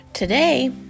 Today